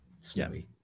Snowy